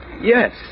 yes